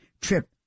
trip